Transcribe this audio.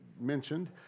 mentioned